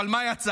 אבל מה יצא?